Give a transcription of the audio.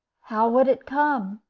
how would it come?